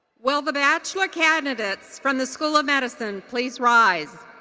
will the bachelor candidates from the school of medicine please rise.